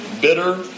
bitter